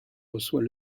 reçoit